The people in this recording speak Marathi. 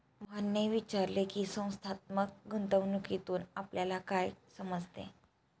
मोहनने विचारले की, संस्थात्मक गुंतवणूकीतून आपल्याला काय समजते?